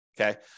okay